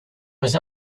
was